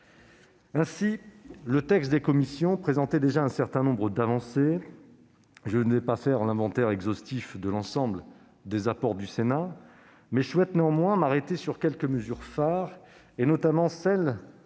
Ainsi, le texte des commissions présentait déjà un certain nombre d'avancées. Je ne vais pas faire l'inventaire exhaustif de l'ensemble des apports du Sénat. Je souhaite néanmoins m'arrêter sur quelques mesures phares, notamment celles